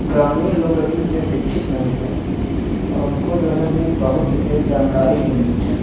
ग्रामीण लोग अभी उतने शिक्षित नहीं है और उनको जो है अभी बहुत विशेष जानकारी भी नहीं है